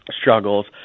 struggles